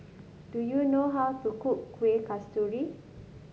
do you know how to cook Kuih Kasturi